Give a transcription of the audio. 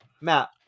Matt